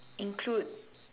include